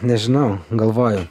nežinau galvoju